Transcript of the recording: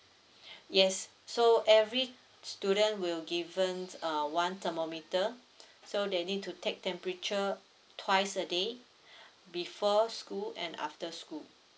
yes so every student will given uh one thermometer so they need to take temperature twice a day before school and after school